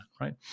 right